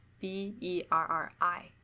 B-E-R-R-I